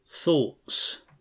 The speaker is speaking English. Thoughts